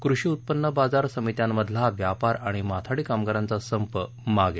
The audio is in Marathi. कृषी उत्पन्न बाजार समित्यांमधला व्यापार आणि माथाडी कामगारांचा संप मागे